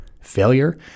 Failure